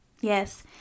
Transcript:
Yes